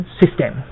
system